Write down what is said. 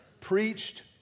preached